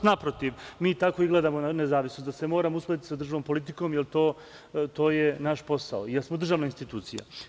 Naprotiv, mi tako i gledamo na nezavisnost, da se moramo uskladiti sa državnom politikom, jer to je naš posao, jer smo državna institucija.